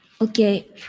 Okay